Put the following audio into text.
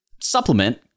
supplement